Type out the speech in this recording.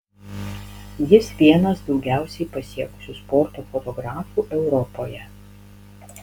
jis vienas daugiausiai pasiekusių sporto fotografų europoje